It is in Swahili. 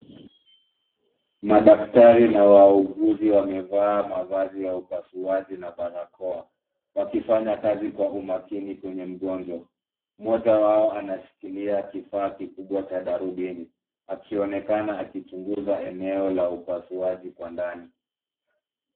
Madaktari na wauuguzi wamevaa mavazi ya upasuaji na barakoa, wakifanya kazi kwa umakini kwenye mgonjwa. Mmoja wao anashikilia kifaa kikubwa cha darubini, akionekana akichunguza eneo la upasuaji kwa ndani.